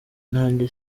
nanjye